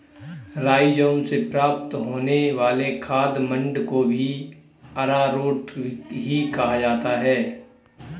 rhizome से प्राप्त होने वाले खाद्य मंड को भी अरारोट ही कहा जाता है